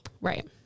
right